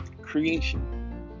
creation